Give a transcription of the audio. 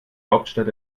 hauptstadt